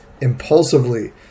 impulsively